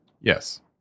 Yes